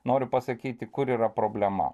noriu pasakyti kur yra problema